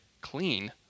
clean